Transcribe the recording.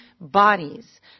bodies